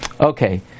Okay